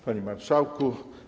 Panie Marszałku!